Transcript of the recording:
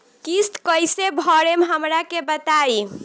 किस्त कइसे भरेम हमरा के बताई?